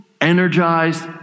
energized